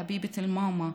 חביבת אל-מאמא,